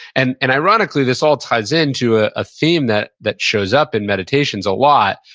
and and ironically, this all ties into ah a theme that that shows up in meditations a lot,